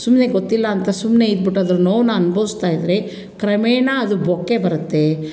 ಸುಮ್ಮನೆ ಗೊತ್ತಿಲ್ಲ ಅಂತ ಸುಮ್ಮನೆ ಇದ್ಬಿಟ್ಟು ಅದ್ರ ನೋವನ್ನ ಅನುಭವಿಸ್ತಾ ಇದ್ದರೆ ಕ್ರಮೇಣ ಅದು ಬೊಕ್ಕೆ ಬರುತ್ತೆ